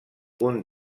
uns